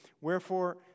Wherefore